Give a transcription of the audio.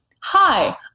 hi